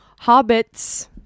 hobbits